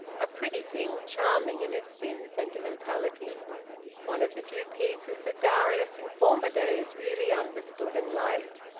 a pretty thing, charming in its thin sentimentality one of the few pieces that darius in former days really understood and liked.